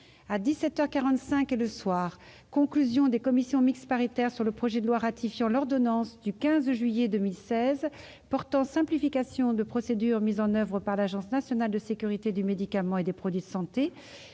et le soir : Conclusions des commissions mixtes paritaires sur le projet de loi ratifiant l'ordonnance n° 2016-966 du 15 juillet 2016 portant simplification des procédures mises en oeuvre par l'Agence nationale de sécurité du médicament et des produits de santé